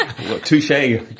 Touche